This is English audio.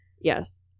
yes